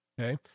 Okay